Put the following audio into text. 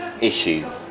issues